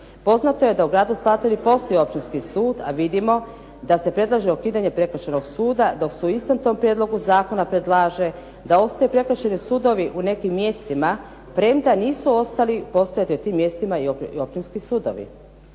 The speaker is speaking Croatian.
Poznato je da u gradu s …. ne postoji općinski sud, a vidimo da se predlaže ukidanje prekršajnog suda dok se u istom tom prijedlogu zakona predlaže da ostaju prekršajni sudovi u nekim mjestima premda nisu ostali postojali u tim mjestima i općinski sudovi.